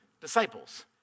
disciples